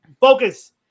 focus